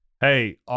hey